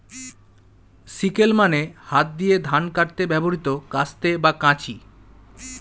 sickle মানে হাত দিয়ে ধান কাটতে ব্যবহৃত কাস্তে বা কাঁচি